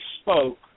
spoke